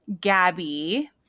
Gabby